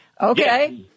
Okay